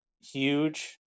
huge